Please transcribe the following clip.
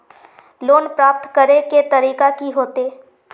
Loan प्राप्त करे के तरीका की होते?